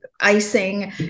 icing